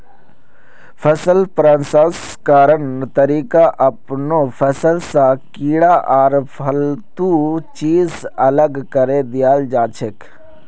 फसल प्रसंस्करण तरीका अपनैं फसल स कीड़ा आर फालतू चीज अलग करें दियाल जाछेक